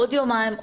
עוד יומיים,